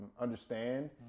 understand